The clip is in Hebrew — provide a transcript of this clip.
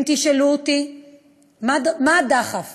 אם תשאלו אותי מה הדחף